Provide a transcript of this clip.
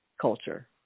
culture